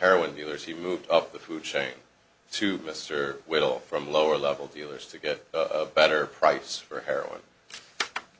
heroin dealers he moved up the food chain to mr will from lower level dealers to get a better price for heroin